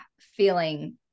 feeling